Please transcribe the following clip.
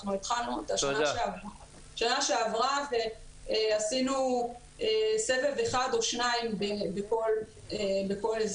אנחנו התחלנו אותה בשנה שעברה ועשינו סבב אחד או שניים בכל אזור.